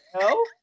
No